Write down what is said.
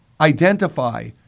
identify